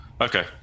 okay